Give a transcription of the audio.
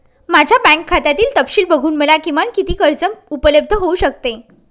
माझ्या बँक खात्यातील तपशील बघून मला किमान किती कर्ज उपलब्ध होऊ शकते?